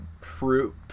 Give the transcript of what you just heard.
proof